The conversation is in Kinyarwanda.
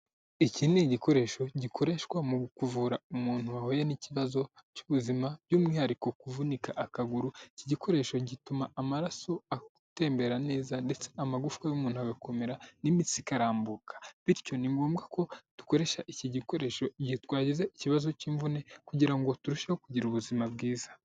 Iki ni igikoresho gikoreshwa mu kuvura umuntu wahuye n'ikibazo cy'ubuzima by'umwihariko kuvunika akaguru, iki gikoresho gituma amaraso atembera neza ndetse amagufwa y'umuntu agakomera n'imitsi ikarambuka, bityo ni ngombwa ko dukoresha iki gikoresho igihe twagize ikibazo cy'imvune kugira ngo turusheho kugira ubuzima bwiza.